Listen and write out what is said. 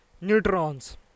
neutrons